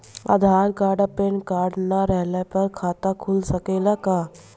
आधार card आ PAN card ना रहला पर खाता खुल सकेला का?